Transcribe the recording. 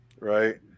Right